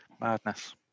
Madness